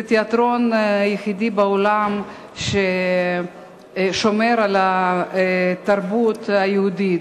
זה התיאטרון היחידי בעולם ששומר על התרבות היהודית,